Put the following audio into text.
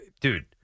dude